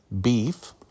beef